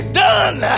done